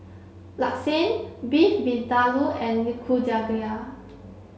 Lasagne Beef Vindaloo and Nikujaga